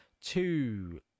two